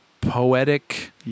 poetic